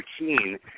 routine